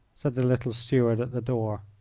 said the little steward at the door.